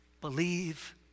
Believe